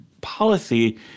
policy